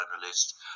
journalist